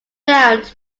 round